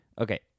Okay